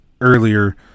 earlier